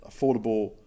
affordable